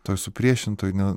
toj supriešintoj ne